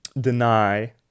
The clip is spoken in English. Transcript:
deny